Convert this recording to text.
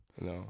No